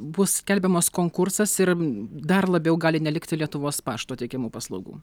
bus skelbiamas konkursas ir dar labiau gali nelikti lietuvos pašto teikiamų paslaugų